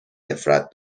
نفرت